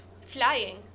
flying